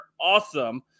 awesome